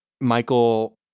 michael